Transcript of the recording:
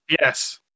Yes